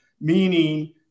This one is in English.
meaning